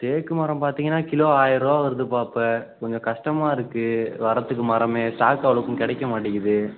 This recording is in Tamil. தேக்குமரம் பார்த்தீங்கன்னா கிலோ ஆயருபா வருதுப்பா இப்போ கொஞ்சம் கஷ்டமாக இருக்குது வரதுக்கு மரமே ஸ்டாக் அவ்வளோக்கும் கிடைக்க மாட்டேங்கிது